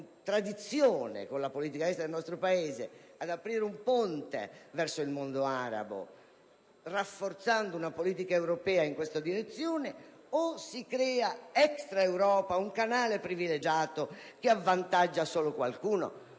della politica estera del nostro Paese, di apertura di un ponte verso il mondo arabo, rafforzando la politica europea in questa direzione, oppure si crea, *extra* Europa, un canale privilegiato che avvantaggia solo qualcuno?